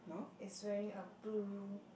it's wearing a blue